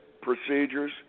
procedures